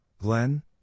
Glenn